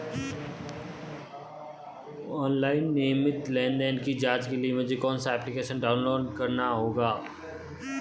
Online नियमित लेनदेन की जांच के लिए मुझे कौनसा एप्लिकेशन डाउनलोड करना होगा?